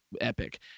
epic